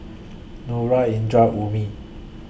Nura Indra Ummi